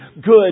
good